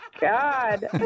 God